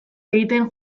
egiten